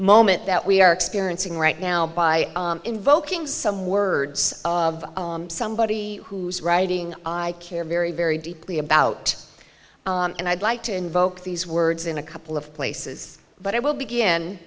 moment that we are experiencing right now by invoking some words of somebody whose writing i care very very deeply about and i'd like to invoke these words in a couple of places but i will beg